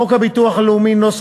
חוק הביטוח הלאומי ,